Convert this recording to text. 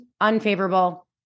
unfavorable